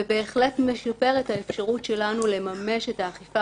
ובהחלט משפר את האפשרויות שלנו לממש את האכיפה